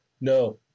No